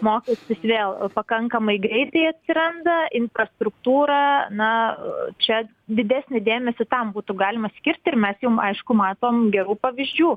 mokestis vėl pakankamai greitai atsiranda infrastruktūra na čia didesnį dėmesį tam būtų galima skirti ir mes jum aišku matom gerų pavyzdžių